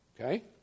Okay